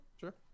Sure